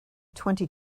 twenty